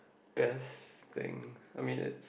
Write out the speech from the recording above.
best thing I mean is